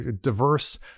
diverse